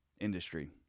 industry